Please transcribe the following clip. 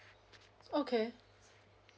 okay